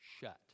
shut